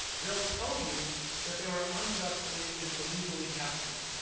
they'll tell you that they were unjustly and illegally captured.